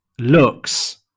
looks